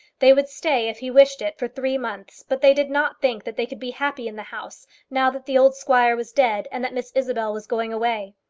they would stay, if he wished it, for three months, but they did not think that they could be happy in the house now that the old squire was dead, and that miss isabel was going away.